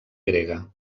grega